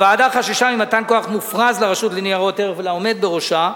הוועדה חששה ממתן כוח מופרז לרשות ניירות ערך ולעומד בראשה.